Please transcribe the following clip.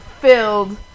filled